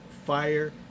Fire